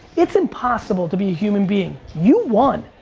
it's impossible to be a human being. you won.